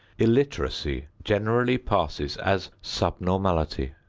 illiteracy generally passes as subnormality.